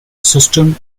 system